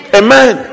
amen